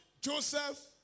Joseph